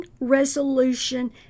resolution